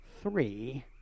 three